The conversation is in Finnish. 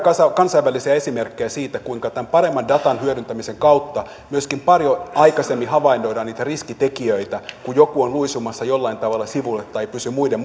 kansainvälisiä esimerkkejä siitä kuinka tämän paremman datanhyödyntämisen kautta myöskin paljon aikaisemmin havainnoidaan niitä riskitekijöitä kun joku on luisumassa jollain tavalla sivulle tai ei pysy muiden